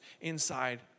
inside